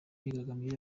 imyigaragambyo